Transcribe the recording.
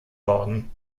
worden